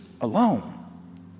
alone